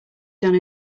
done